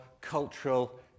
cultural